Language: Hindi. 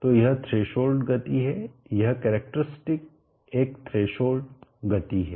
तो यह थ्रेशोल्ड गति है यह कैरेक्टरिस्टिक एक थ्रेशोल्ड गति है